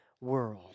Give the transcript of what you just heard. world